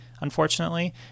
unfortunately